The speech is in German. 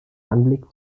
anblick